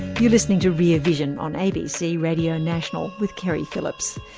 you're listening to rear vision on abc radio national, with keri phillips.